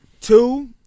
Two